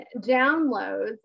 downloads